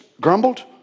grumbled